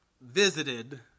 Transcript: visited